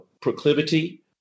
proclivity